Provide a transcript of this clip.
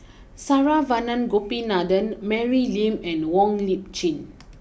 Saravanan Gopinathan Mary Lim and Wong Lip Chin